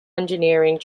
engineering